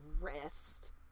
rest